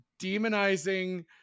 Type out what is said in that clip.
demonizing